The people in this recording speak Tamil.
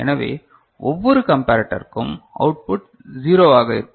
எனவே ஒவ்வொரு கம்பேரட்டர்க்கும் அவுட்புட் 0 ஆக இருக்கும்